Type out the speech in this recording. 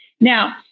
Now